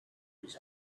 was